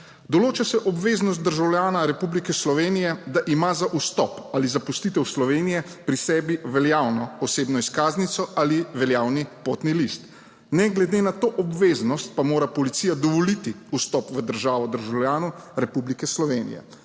Določa se obveznost državljana Republike Slovenije, da ima za vstop ali zapustitev Slovenije pri sebi veljavno osebno izkaznico ali veljavni potni list. Ne glede na to obveznost, pa mora policija dovoliti vstop v državo državljanu Republike Slovenije,